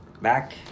Back